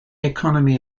economy